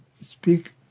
speak